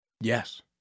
Yes